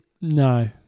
no